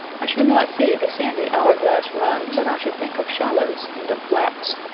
i should not see the sandy hour-glass run but i should think of shallows and of flats,